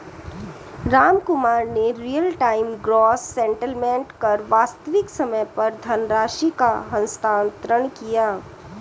रामकुमार ने real time gross settlement कर वास्तविक समय पर धनराशि का हस्तांतरण किया